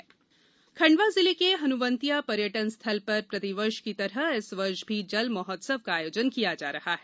हनुवंतिया खंडवा जिले के हनुवंतिया पर्यटन स्थल पर प्रतिवर्ष की तरह इस वर्ष भी जल महोत्सव का आयोजन किया जा रहा है